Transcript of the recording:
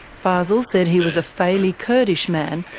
fazel said he was a faili kurdish man,